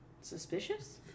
suspicious